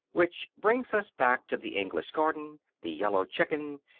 which brings us back to the english garden, the yellow chicken,